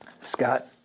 Scott